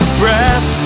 breath